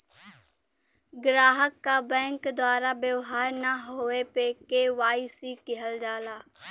ग्राहक क बैंक द्वारा व्यवहार न होये पे के.वाई.सी किहल जाला